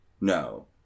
No